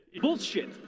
Bullshit